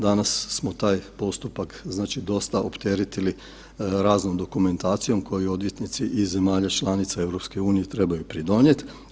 Danas smo taj postupak znači dosta opteretili raznom dokumentacijom koju odvjetnici iz zemalja članica EU trebaju pridonijeti.